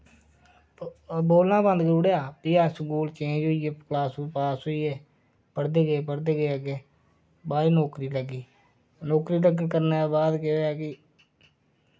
प बोलना बंद करुड़ेआ फ्ही अस स्कूल चेंज होइये क्लास पास होइये पढ़दे गे पढ़दे गे अग्गै बाद च नौकरी लग्गी नौकरी लग्गन करने दे बाद केह् होआ कि